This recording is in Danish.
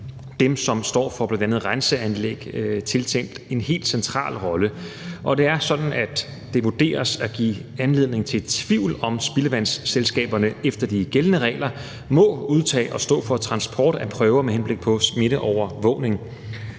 dem, som står for bl.a. renseanlæg – tiltænkt en helt central rolle. Det er sådan, at det vurderes at give anledning til tvivl om, om spildevandsselskaberne efter de gældende regler må udtage og stå for transport af prøver med henblik på smitteovervågning.